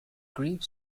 grief